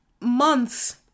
months